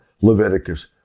Leviticus